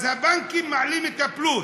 אז הבנקים מעלים את הפלוס.